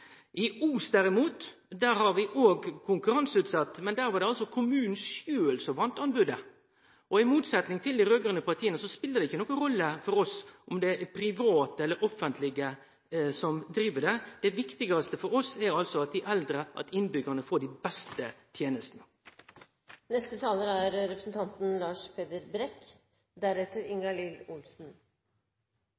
I Os, derimot, har vi òg konkurranseutsett, men der var det kommunen sjølv som vann anbodet. I motsetning til dei raud-grøne partia, spelar det ikkje nokon rolle for oss om det er det private eller det offentlege som driv det. Det viktigaste for oss er at innbyggjarane får dei